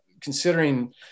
considering